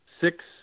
six